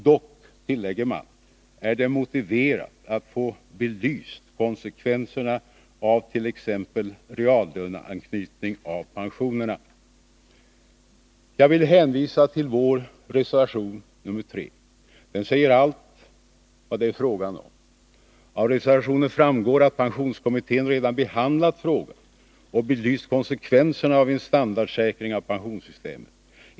Dock, tillägger man, är det motiverat att få belyst konsekvenserna av t.ex. reallöneanknytning av pensionerna. Jag vill hänvisa till vår reservation nr 3. Den säger allt vad det är fråga om. Av reservationen framgår att pensionskommittén redan behandlat frågan och belyst konsekvenserna av en standardsäkring av pensionssystemet.